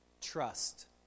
Trust